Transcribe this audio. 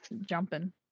jumping